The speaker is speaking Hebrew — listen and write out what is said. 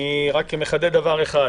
אני מחדד רק דבר אחד.